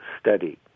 study